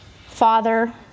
father